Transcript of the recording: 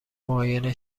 معاینه